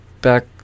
back